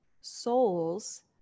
souls